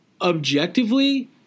objectively